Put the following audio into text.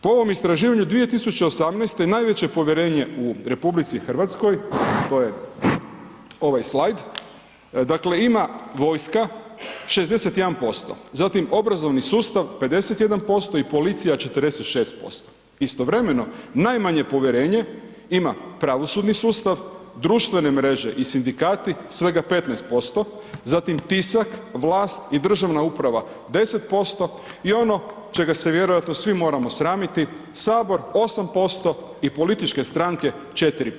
Po ovom istraživanju 2018. najveće povjerenje u RH, to je ovaj slajd, dakle, ima vojska 61%, zatim obrazovni sustav 51% i policija 46%, istovremeno najmanje povjerenje ima pravosudni sustav, društvene mreže i sindikati svega 15%, zatim tisak, vlast i državna uprava 10% i ono čega se vjerojatno svi moramo sramiti, HS 8% i političke stranke 4%